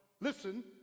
listen